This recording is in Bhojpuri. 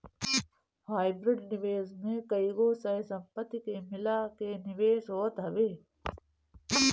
हाइब्रिड निवेश में कईगो सह संपत्ति के मिला के निवेश होत हवे